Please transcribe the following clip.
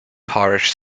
parish